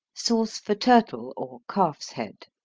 sauce for turtle, or calf's head.